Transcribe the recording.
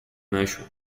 نشد